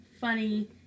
Funny